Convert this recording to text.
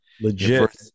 legit